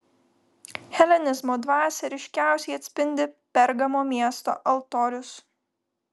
helenizmo dvasią ryškiausiai atspindi pergamo miesto altorius